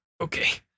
Okay